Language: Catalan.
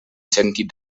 sentit